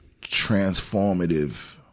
transformative